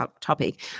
topic